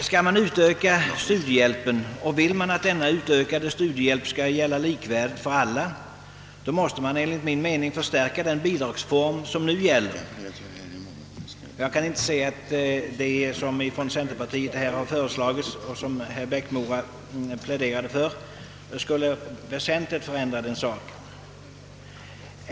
Skall man utöka studiehjälpen, och vill man att denna utökade studiehjälp skall gälla likvärdigt för alla, måste man enligt min mening förstärka den bidragsform som nu gäller. Jag kan inte se att centerpartiets förslag och det herr Eriksson i Bäckmora pläderat för väsentligen skulle förändra denna sak.